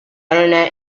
arena